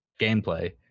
gameplay